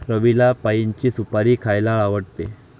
रवीला पाइनची सुपारी खायला आवडते